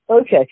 Okay